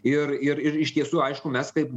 ir ir iš tiesų aišku mes kaip